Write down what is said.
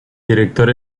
director